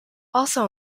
also